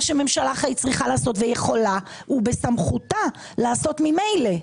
שממשלה צריכה לעשות ויכולה ובסמכותה לעשות ממילא.